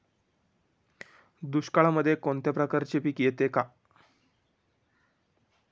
दुष्काळामध्ये कोणत्या प्रकारचे पीक येते का?